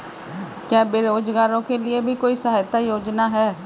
क्या बेरोजगारों के लिए भी कोई सहायता योजना है?